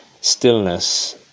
stillness